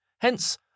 Hence